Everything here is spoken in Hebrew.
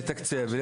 כן, לתקצב.